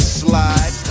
slide